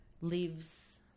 lives